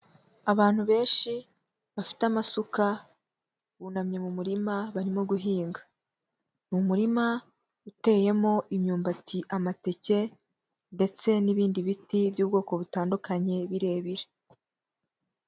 Abantu benshi bafite amasuka, bunamye mu murima barimo guhinga. Ni umurima uteyemo imyumbati, amateke, ndetse n'ibindi biti by'ubwoko butandukanye, birebire.